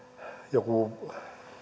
joku